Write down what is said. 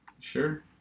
Sure